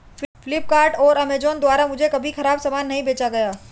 फ्लिपकार्ट और अमेजॉन द्वारा मुझे कभी खराब सामान नहीं बेचा गया